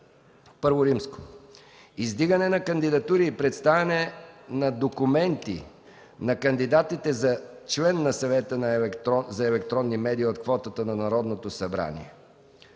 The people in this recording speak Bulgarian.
събрание: І. Издигане на кандидатури и представяне на документи на кандидатите за член на Съвета за електронни медии от квотата на Народното събрание